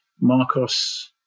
Marcos